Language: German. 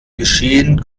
geschehen